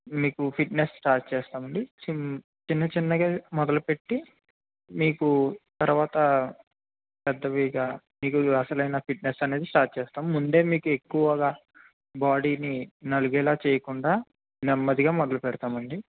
మీకు fitness start చేస్తాము అండి సిం చిన్న చిన్నగా మొదలుపెట్టి మీకు తరువాత పెద్దవిగా మీకు అసలైన ఫిట్నెస్ అనేది స్టార్ట్ చేస్తాము ముందే మీకు ఎక్కువగా బాడీని నలిగేలా చేయకుండా నెమ్మదిగా మొదలు పెడతాము అండి